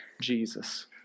Jesus